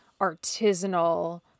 artisanal